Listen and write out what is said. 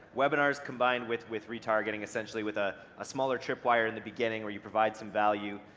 webinars combined with with retargeting, essentially with a ah smaller trip wire in the beginning where you provide some value,